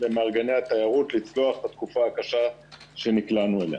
למארגני התיירות לצלוח את התקופה הקשה שנקלענו אליה.